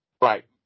Right